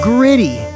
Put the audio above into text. Gritty